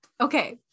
okay